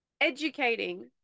Educating